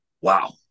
wow